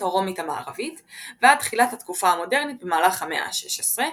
הרומית המערבית ועד תחילת התקופה המודרנית במהלך המאה ה-16,